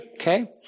Okay